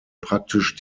praktisch